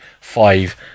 five